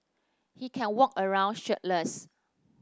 he can walk around shirtless